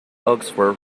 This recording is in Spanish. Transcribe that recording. oxford